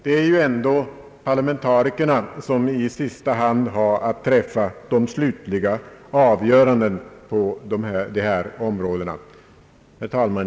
Det är ju ändå parlamentarikerna som i sista hand har att träffa de slutliga avgörandena på dessa områden. Herr talman!